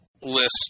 list